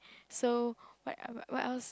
so what what what else